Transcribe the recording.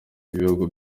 bihugu